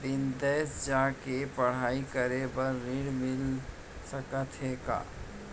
बिदेस जाके पढ़ई करे बर ऋण मिलिस सकत हे का?